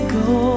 go